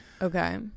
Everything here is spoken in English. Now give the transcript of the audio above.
Okay